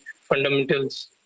fundamentals